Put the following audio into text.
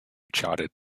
charted